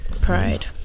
pride